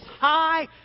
high